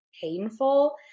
painful